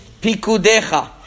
pikudecha